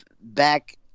back